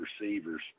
receivers